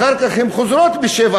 אחר כך הן חוזרות ב-18:00,